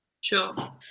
Sure